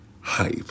hype